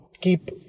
keep